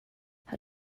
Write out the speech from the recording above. how